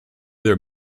their